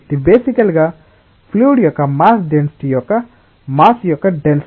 ఇది బేసికల్ గా ఫ్లూయిడ్ యొక్క మాస్ డెన్సిటీ యొక్క మాస్ యొక్క డెన్సిటీ